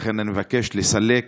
ולכן אני מבקש לסלק